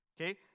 Okay